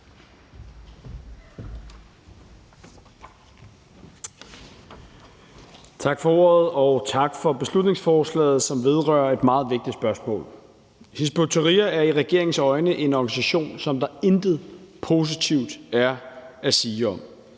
Tak for ordet. Og tak for beslutningsforslaget, som vedrører et meget vigtigt spørgsmål. Hizb ut-Tahrir er i regeringens øjne en organisation, som der intet positivt er at sige om.